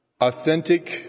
Authentic